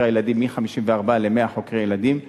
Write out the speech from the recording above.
הילדים מ-54 ל-100 חוקרי ילדים כיום,